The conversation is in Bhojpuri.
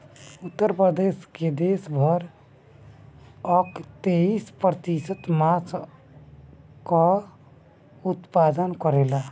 उत्तर प्रदेश देस भर कअ तेईस प्रतिशत मांस कअ उत्पादन करेला